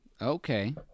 Okay